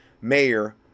mayor